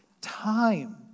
time